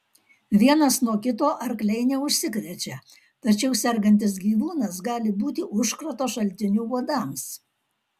vienas nuo kito arkliai neužsikrečia tačiau sergantis gyvūnas gali būti užkrato šaltiniu uodams